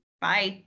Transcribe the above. Bye